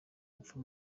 gupfa